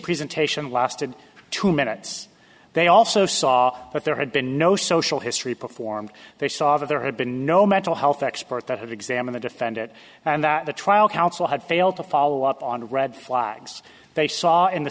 presentation lasted two minutes they also saw that there had been no social history performed they saw that there had been no mental health expert that would examine the defendant and that the trial counsel had failed to follow up on red flags they saw in the